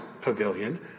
pavilion